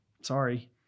sorry